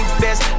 best